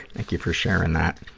thank you for sharing that.